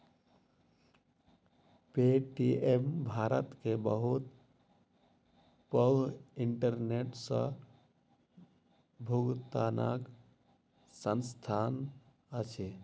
Paytm Bharat के बहुत पैघ इंटरनेट सॅ भुगतनाक संस्थान अछि